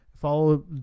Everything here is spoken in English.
follow